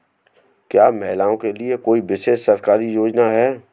क्या महिलाओं के लिए कोई विशेष सरकारी योजना है?